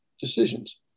decisions